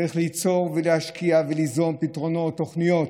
צריך ליצור ולהשקיע וליזום פתרונות, תוכניות,